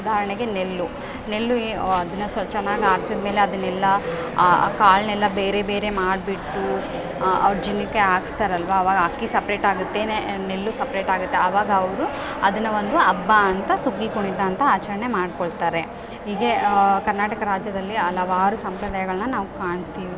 ಉದಾಹರಣೆಗೆ ನೆಲ್ಲು ನೆಲ್ಲು ಈ ಅದನ್ನ ಸ್ವಚ್ಛ ಮಾಡಿ ಆರಿಸಿದ್ಮೇಲೆ ಅದನ್ನೆಲ್ಲ ಕಾಳನ್ನೆಲ್ಲ ಬೇರೆ ಬೇರೆ ಮಾಡಿಬಿಟ್ಟು ಅವರ ಜೀವನಕ್ಕೆ ಹಾಕಿಸ್ತಾರ್ ಅಲ್ವ ಅವಾಗ ಅಕ್ಕಿ ಸಪ್ರೇಟ್ ಆಗತ್ತೆನೇ ನೆಲ್ಲು ಸಪ್ರೇಟ್ ಆಗುತ್ತೆ ಆವಾಗ ಅವರು ಅದನ್ನು ಒಂದು ಹಬ್ಬ ಅಂತ ಸುಗ್ಗಿ ಕುಣಿತ ಅಂತ ಆಚರಣೆ ಮಾಡಿಕೊಳ್ತಾರೆ ಹೀಗೆ ಕರ್ನಾಟಕ ರಾಜ್ಯದಲ್ಲಿ ಹಲವಾರು ಸಂಪ್ರದಾಯಗಳನ್ನ ನಾವು ಕಾಣ್ತಿವಿ